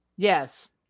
Yes